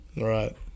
Right